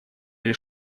или